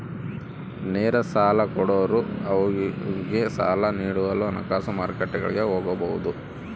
ನೇರ ಸಾಲ ಕೊಡೋರು ಅವ್ನಿಗೆ ಸಾಲ ನೀಡಲು ಹಣಕಾಸು ಮಾರ್ಕೆಟ್ಗುಳಿಗೆ ಹೋಗಬೊದು